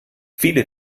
viele